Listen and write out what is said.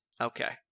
Okay